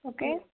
okay